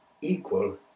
equal